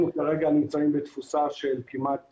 אנחנו כרגע נמצאים בתפוסה של כמעט